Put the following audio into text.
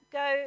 go